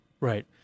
Right